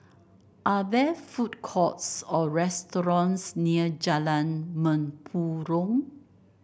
are there food courts or restaurants near Jalan Mempurong